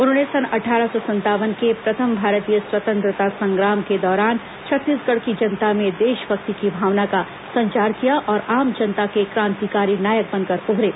उन्होंने सन अट्ठारह सौ संतावन के प्रथम भारतीय स्वंतत्रता संग्राम के दौरान छत्तीसगढ़ की जनता में देशभक्ति की भावना का संचार किया और आम जनता के क्रांतिकारी नायक बनकर उभरे